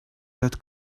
that